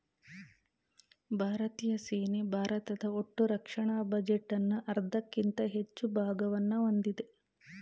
ಭಾರತೀಯ ಸೇನೆ ಭಾರತದ ಒಟ್ಟುರಕ್ಷಣಾ ಬಜೆಟ್ನ ಅರ್ಧಕ್ಕಿಂತ ಹೆಚ್ಚು ಭಾಗವನ್ನ ಹೊಂದಿದೆ